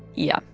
yeah,